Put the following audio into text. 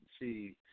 see